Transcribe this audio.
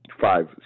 Five